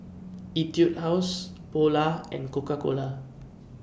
Etude House Polar and Coca Cola